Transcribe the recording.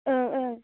ओं ओं